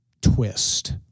twist